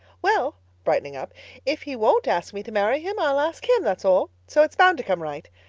well brightening up if he won't ask me to marry him i'll ask him, that's all. so it's bound to come right.